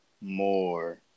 more